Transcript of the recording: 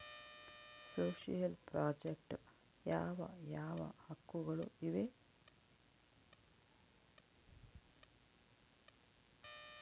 Social project ಯಾವ ಯಾವ ಹಕ್ಕುಗಳು ಇವೆ?